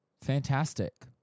Fantastic